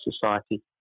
society